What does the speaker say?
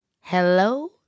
Hello